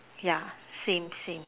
yeah same same